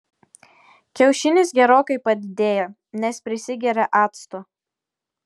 kiaušinis gerokai padidėja nes prisigeria acto